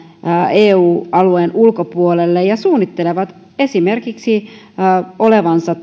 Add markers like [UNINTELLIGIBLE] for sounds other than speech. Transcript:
eu alueen ulkopuolelle ja suunnittelevat olevansa [UNINTELLIGIBLE]